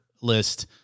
list